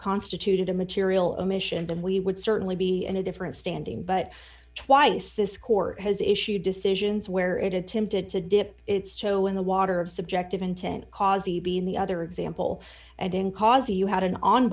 constituted a material omission then we would certainly be in a different standing but twice this court has issued decisions where it attempted to dip its show in the water of subjective intent kazi being the other example and in cars you had an on